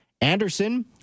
Anderson